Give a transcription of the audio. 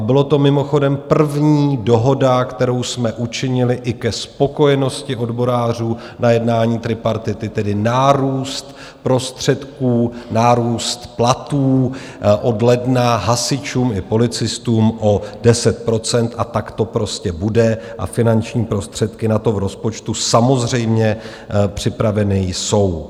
Byla to mimochodem první dohoda, kterou jsme učinili i ke spokojenosti odborářů na jednání tripartity, tedy nárůst prostředků, nárůst platů od ledna hasičům i policistům o 10 %, a tak to prostě bude a finanční prostředky na to v rozpočtu samozřejmě připraveny jsou.